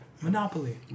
Monopoly